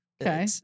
Okay